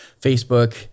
Facebook